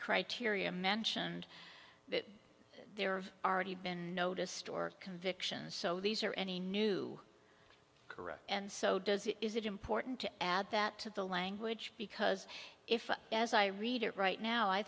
criteria mentioned that there are already been noticed or convictions so these are any new correct and so does is it important to add that to the language because if as i read it right now i